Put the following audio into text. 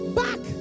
back